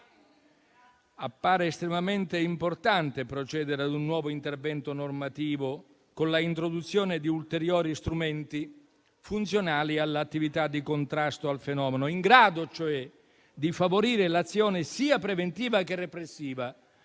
Appare estremamente importante procedere ad un nuovo intervento normativo con l'introduzione di ulteriori strumenti funzionali all'attività di contrasto al fenomeno, in grado cioè di favorire l'azione sia preventiva che repressiva,